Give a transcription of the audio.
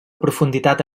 profunditat